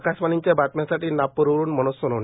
आकाशवाणीच्या बातम्यांसाठी नागपूरहन मी मनोज सोनोने